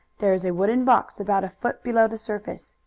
there is a wooden box about a foot below the surface.